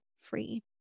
free